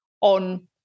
on